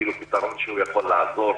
עם כל מה שקשור לעניין של מעגל העוני,